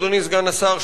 אדוני סגן השר,